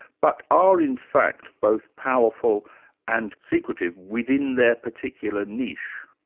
but are in fact both powerful and secretive within their particular niche.